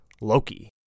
Loki